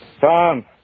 Tom